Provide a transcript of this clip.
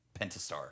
Pentastar